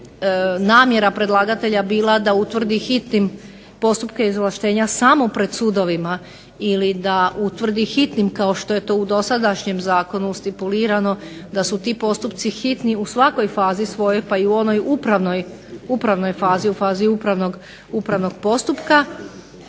namjera predlagatelja bila da utvrdi hitnim postupke izvlaštenja samo pred sudovima ili da utvrdi hitnim kao što je to u dosadašnjem zakonu stipulirano da su ti postupci hitni u svakoj fazi svojoj, pa i u onoj upravnoj fazi, u fazi upravnog postupka.